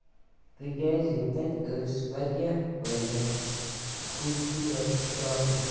تِکیٛازِ تَتہِ ٲسۍ واریاہ واریاہ خوبصوٗرت کرٛاکری